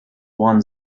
one